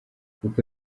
kuko